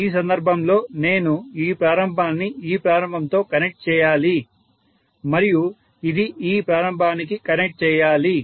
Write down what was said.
ఈ సందర్భంలో నేను ఈ ప్రారంభాన్ని ఈ ప్రారంభంతో కనెక్ట్ చేయాలి మరియు ఇది ఈ ప్రారంభానికి కనెక్ట్ చేయాలి